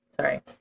sorry